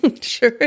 Sure